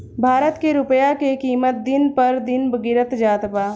भारत के रूपया के किमत दिन पर दिन गिरत जात बा